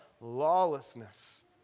lawlessness